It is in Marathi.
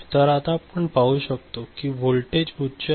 तर हे आता आपण पाहू शकतो की हे व्होल्टेज उच्च आहे